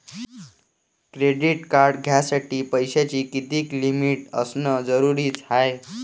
Credit card घ्यासाठी पैशाची कितीक लिमिट असनं जरुरीच हाय?